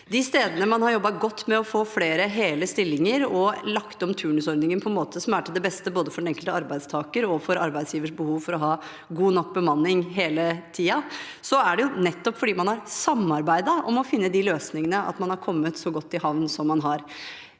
De stedene der man har jobbet godt med å få flere hele stillinger og lagt om turnusordningen på en måte som er til beste for både den enkelte arbeidstaker og for arbeidsgivers behov for å ha god nok bemanning hele tiden, skjer det nettopp fordi man har samarbeidet om å finne de løsningene. Det gjør at man har kommet så godt i havn som man har